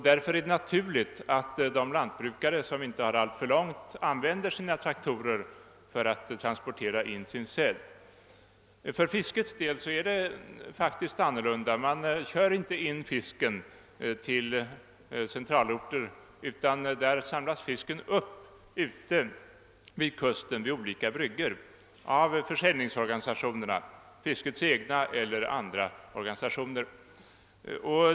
Därför är det naturligt att de lantbrukare som inte har alltför lång väg dit använder sina traktorer för att transportera in sin säd. För fiskets del ställer det sig faktiskt annorlunda. Man kör inte in fisken till centralorter, utan fisken samlas upp vid olika bryggor ute vid kusten, av försäljningsorganisationerna — fiskets egna eller andra.